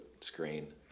screen